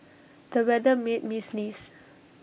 the weather made me sneeze